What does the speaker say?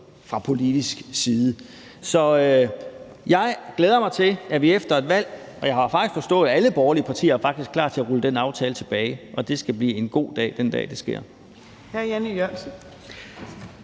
fra politisk side. Så jeg glæder mig til, at vi efter et valg vil rulle den aftale tilbage – og jeg har faktisk forstået, at alle borgerlige partier er klar til at rulle den aftale tilbage, og det skal blive en god dag, når det sker. Kl. 14:50 Anden